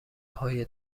های